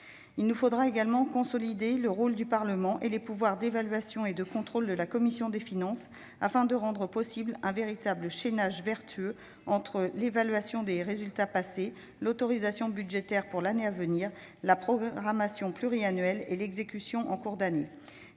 Il nous faudra également renforcer le rôle du Parlement et les pouvoirs d'évaluation et de contrôle des deux commissions des finances, afin de rendre possible un véritable chaînage vertueux entre l'évaluation des résultats passés, l'autorisation budgétaire pour l'année à venir, la programmation pluriannuelle et l'exécution en cours d'année.